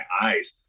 eyes